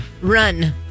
run